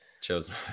Chosen